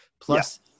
plus